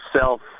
self